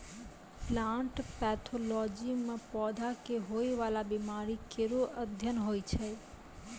plant pathology म पौधा क होय वाला बीमारी केरो अध्ययन होय छै